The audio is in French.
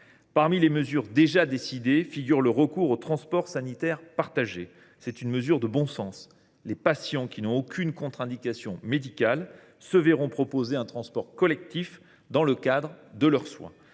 Parmi les mesures déjà décidées figure le recours au transport sanitaire partagé, disposition qui relève du bon sens. Les patients qui n’ont aucune contre indication médicale se verront proposer un transport collectif dans le cadre de leurs soins.